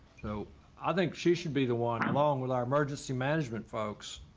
so i think she should be the one along with our emergency management folks,